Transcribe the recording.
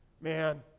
Man